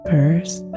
First